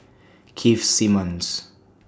Keith Simmons